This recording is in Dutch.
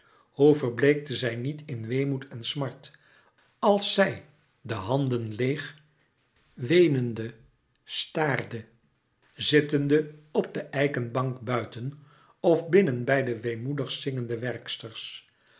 hoe verbleekte zij niet in weemoed en smart als zij de handen leêg weenende staarde zittende op de eiken bank buiten of binnen bij de weemoedig zingende werksters